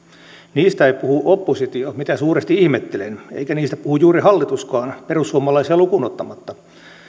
niistä ei puhu oppositio mitä suuresti ihmettelen eikä niistä puhu juuri hallituskaan perussuomalaisia lukuun ottamatta